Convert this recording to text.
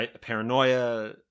paranoia